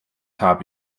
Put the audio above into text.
habe